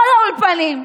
כל האולפנים,